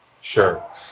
sure